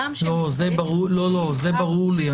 זה ברור לי.